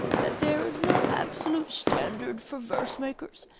that there is no absolute standard for verse-makers.